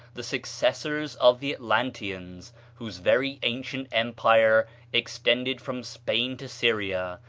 the successors of the atlanteans, whose very ancient empire extended from spain to syria,